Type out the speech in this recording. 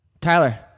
Tyler